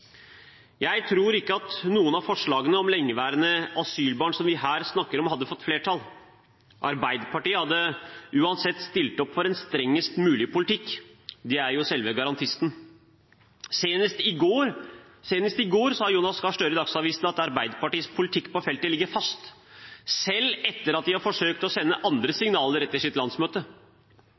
Jeg tror ikke at noen av de forslagene om lengeværende asylbarn som vi her snakker om, hadde fått flertall. Arbeiderpartiet hadde uansett stilt opp for en strengest mulig politikk, de er jo selve garantisten. Senest i går sa Jonas Gahr Støre i Dagsavisen at Arbeiderpartiets politikk på feltet ligger fast, selv etter at de har forsøkt å sende andre signaler etter sitt landsmøte.